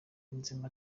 yunzemo